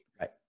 right